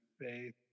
faith